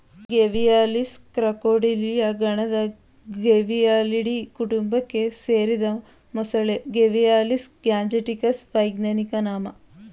Gavialis crocodilia ಗಣದ Gavialidae ಕುಟುಂಬಕ್ಕೆ ಸೇರಿದ ಮೊಸಳೆ ಗೇವಿಯಾಲಿಸ್ ಗ್ಯಾಂಜೆಟಿಕಸ್ ವೈಜ್ಞಾನಿಕ ನಾಮ